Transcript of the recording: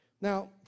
Now